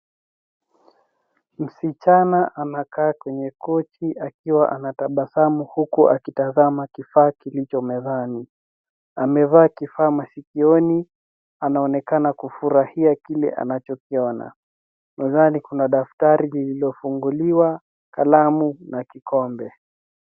Msichana anakaa kwenye kochi akiwa anatabasamu huku akitazama kifaa kilicho mezani. Amevaa kifaa masikioni. Anaonekana kufurahia kile anachokiona. Mezani kuna daftari lililofunguliwa, kalamu na kikombe.